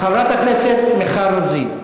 חברת הכנסת מיכל רוזין.